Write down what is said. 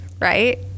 right